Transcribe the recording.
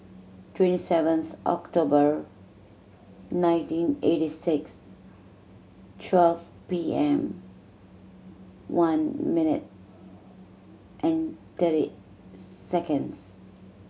twenty seventh October nineteen eighty six twelve P M One minute and thirty seconds